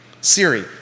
Siri